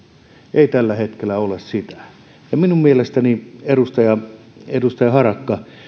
ei tällä hetkellä ole sitä mitä pitäisi minun mielestäni edustaja edustaja harakka